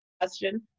question